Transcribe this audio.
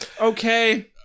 Okay